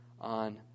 on